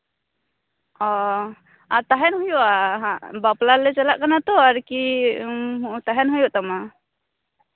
ᱚᱻ ᱟᱨ ᱛᱟᱦᱮᱱ ᱦᱩᱭᱩᱜᱼᱟ ᱦᱟᱸᱜ ᱵᱟᱯᱞᱟ ᱨᱮᱞᱮ ᱪᱟᱞᱟᱜ ᱠᱟᱱᱟ ᱛᱚ ᱟᱨᱠᱤ ᱛᱟᱦᱮᱱ ᱦᱩᱭᱩᱜ ᱛᱟᱢᱟ